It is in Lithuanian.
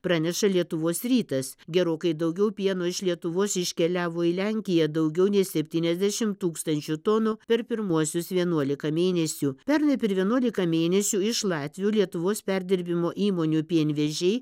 praneša lietuvos rytas gerokai daugiau pieno iš lietuvos iškeliavo į lenkiją daugiau nei septyniasdešim tūkstančių tonų per pirmuosius vienuolika mėnesių pernai per vienuolika mėnesių iš latvių lietuvos perdirbimo įmonių pienvežiai